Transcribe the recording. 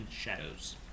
shadows